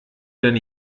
denn